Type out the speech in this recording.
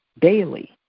daily